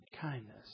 kindness